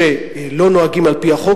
שלא נוהגים על-פי החוק,